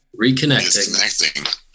Reconnecting